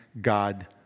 God